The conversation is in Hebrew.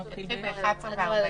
(הישיבה נפסקה בשעה 11:30 ונתחדשה בשעה 11:31.)